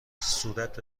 صورت